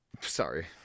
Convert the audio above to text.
Sorry